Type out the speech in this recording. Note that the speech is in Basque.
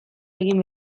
egin